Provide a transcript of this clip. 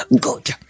Good